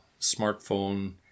smartphone